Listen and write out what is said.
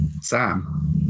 Sam